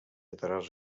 lateral